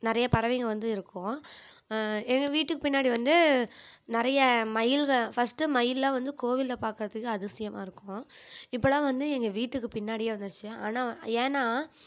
நிறையா பறவைங்க வந்து இருக்கும் எங்கள் வீட்டுக்கு பின்னாடி வந்து நிறைய மயில்க ஃபர்ஸ்டு மயில்லாம் வந்து கோவிலில் பார்க்குறதுக்கு அதிசயமாக இருக்கும் இப்போலாம் வந்து எங்கள் வீட்டுக்கு பின்னாடியே வந்துடுச்சு ஆனால் ஏன்னா